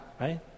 right